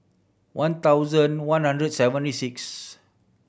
one thousand one hundred seventy sixth